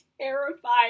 terrified